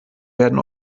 werden